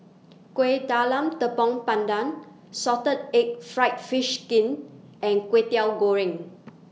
Kueh Talam Tepong Pandan Salted Egg Fried Fish Skin and Kwetiau Goreng